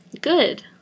Good